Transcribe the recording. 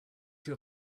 your